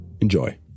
Enjoy